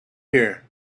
here